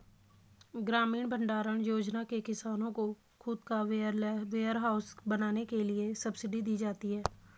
ग्रामीण भण्डारण योजना में किसान को खुद का वेयरहाउस बनाने के लिए सब्सिडी दी जाती है